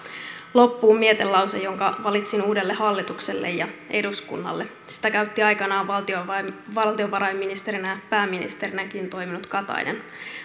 loppuun mietelause jonka valitsin uudelle hallitukselle ja eduskunnalle sitä käytti aikanaan valtiovarainministerinä ja pääministerinäkin toiminut katainen